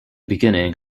beginning